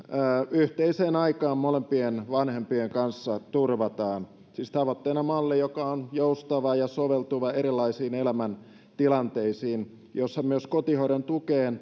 yhteiseen aikaan molempien vanhempien kanssa turvataan siis tavoitteena malli joka on joustava ja soveltuva erilaisiin elämäntilanteisiin ja jossa myös kotihoidon tuki